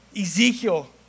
Ezekiel